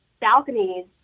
balconies